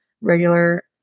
regular